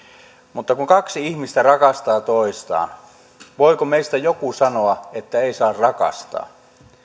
mutta kun kaksi ihmistä rakastaa toistaan voiko meistä joku sanoa että ei saa rakastaa